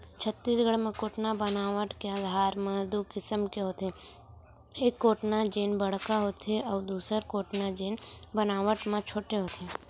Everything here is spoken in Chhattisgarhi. छत्तीसगढ़ म कोटना बनावट के आधार म दू किसम के होथे, एक कोटना जेन बड़का होथे अउ दूसर कोटना जेन बनावट म छोटे होथे